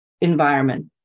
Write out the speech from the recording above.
environment